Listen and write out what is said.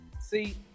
See